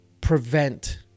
prevent